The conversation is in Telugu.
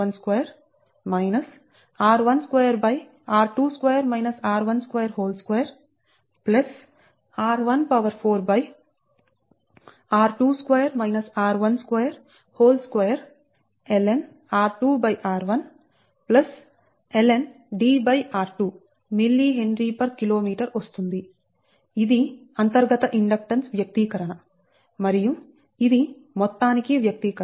ఇది అంతర్గత ఇండక్టెన్స్ వ్యక్తీకరణ మరియు ఇది మొత్తానికి వ్యక్తీకరణ